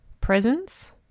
presence